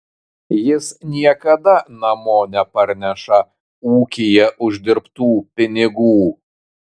jis niekada namo neparneša ūkyje uždirbtų pinigų